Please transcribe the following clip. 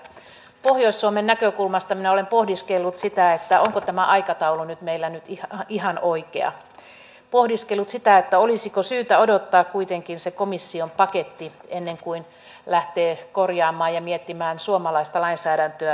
pohjois suomen näkökulmasta minä olen pohdiskellut sitä onko tämä aikataulu meillä nyt ihan oikea pohdiskellut sitä olisiko syytä odottaa kuitenkin se komission paketti ennen kuin lähtee korjaamaan ja miettimään suomalaista lainsäädäntöä synkroniin